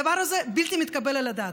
הדבר הזה בלתי מתקבל על הדעת.